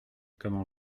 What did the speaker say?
comment